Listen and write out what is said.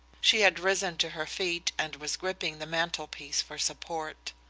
she had risen to her feet and was gripping the mantelpiece for support.